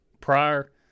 prior